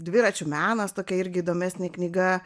dviračių menas tokia irgi įdomesnė knyga